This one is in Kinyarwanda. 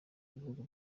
ibihugu